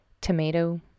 tomato